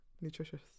Nutritious